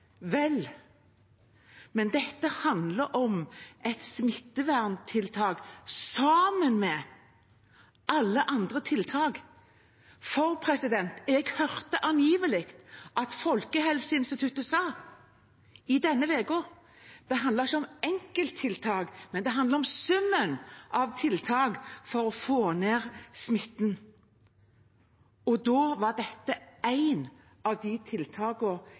Dette handler om et smitteverntiltak sammen med alle andre tiltak. Jeg hørte angivelig at Folkehelseinstituttet denne uken sa at det ikke handlet om enkelttiltak, men om summen av tiltak for å få ned smitten, og da var dette ett av tiltakene i summen. På en dag hvor vi har de